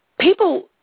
people